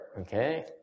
Okay